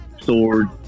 sword